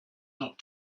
not